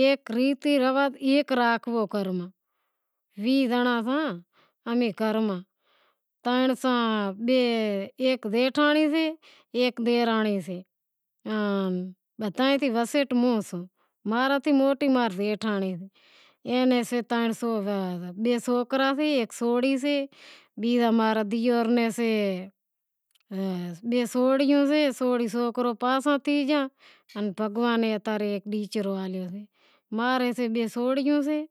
ایک ریتی رواز ایک راکھنڑو ویہہ زانڑاں ساں گھر ماں ایک زیٹھانڑی سے ایک ڈیرانڑی سے آن بدہاں نیں وسیٹ موں سوں ماں تھیں موٹی ماں ری جیٹھانڑی سے اینے سے بئے سوکرا سے ہیک سوری سے بیزو ماں رے دیور نیں سے بئے سوریوں سے بھگوان اتارے ماں ری بئے سوریوں سے